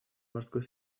морской